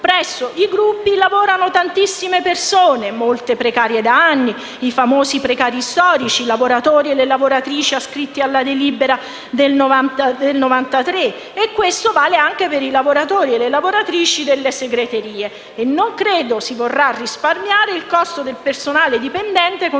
presso i Gruppi lavorano tantissime persone, molte precarie da anni (i famosi precari storici), lavoratori e lavoratrici ascritti alla delibera del 1993. E questo vale anche per i lavoratori e le lavoratrici delle segreterie. E non credo che si vorrà risparmiare il costo del personale dipendente con